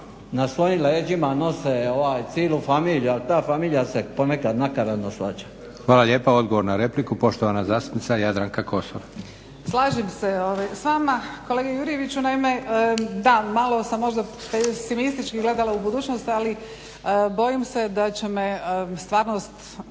Na svojim leđima nose cijelu familiju a ta familija se ponekad nakaradno shvaća. **Leko, Josip (SDP)** Hvala lijepo. Odgovor na repliku poštovana zastupnica Jadranka Kosor. **Kosor, Jadranka (HDZ)** Slažem se s vama kolega Jurjeviću. Naime da malo sam možda pesimistički gledala u budućnost ali bojim se da me stvarnost